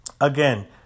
Again